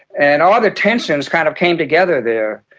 and all the tensions kind of came together there.